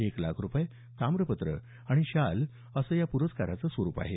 एक लाख रुपये ताम्रपत्र आणि शाल असं या प्रस्काराचं स्वरूप आहे